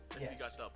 yes